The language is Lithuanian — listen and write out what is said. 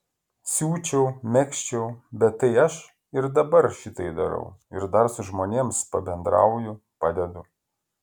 siūčiau megzčiau bet tai aš ir dabar šitai darau ir dar su žmonėms pabendrauju padedu